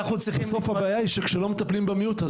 בסוף הבעיה היא שכשלא מטפלים במיעוט.